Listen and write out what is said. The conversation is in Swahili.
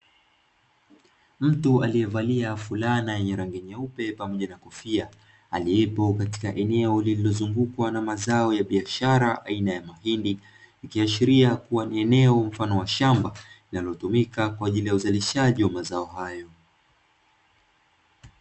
Mtu aliyevalia fulana yenye rangi nyeupe pamoja na kofia, aliyepo katika eneo lililo zungukwa na mazao ya biashara aina ya mahindi, ikiashiria kuwa ni eneo mfano wa shamba linalotumika kwa ajili ya uzalishaji wa mazao hayo.